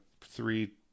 three